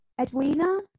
Edwina